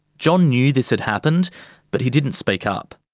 john knew this had happened but he didn't speak up.